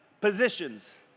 positions